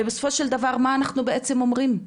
ובסופו של דבר מה אנחנו בעצם אומרים?